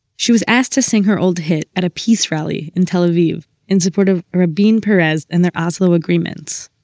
she was asked to sing her old hit at a peace rally in tel aviv in support of rabin, peres and their oslo agreements.